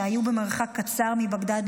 שהיו במרחק קצר מבגדאד,